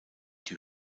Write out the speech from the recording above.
die